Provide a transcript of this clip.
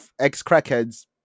ex-crackheads